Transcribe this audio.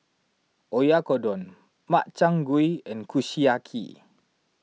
Oyakodon Makchang Gui and Kushiyaki